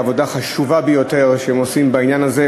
עבודה חשובה ביותר שהם עושים בעניין הזה.